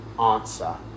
answer